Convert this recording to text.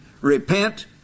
Repent